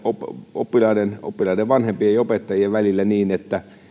oppilaiden oppilaiden vanhempien ja opettajien välillä niin että